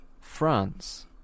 France